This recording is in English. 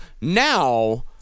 now